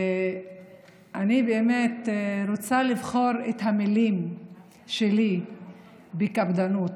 אני רוצה לבחור את המילים שלי בקפדנות,